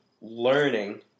learning